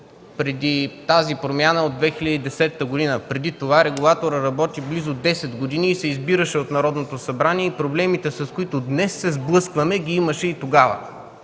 защото тази промяна e от 2010 г., преди това регулаторът работи близо десет години и се избираше от Народното събрание. Проблемите, с които днес се сблъскваме, ги имаше и тогава.